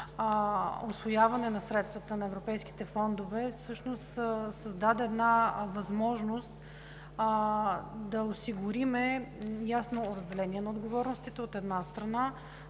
усвояване на средствата на европейските фондове създаде възможност да осигурим ясно разделение на отговорностите, от една страна,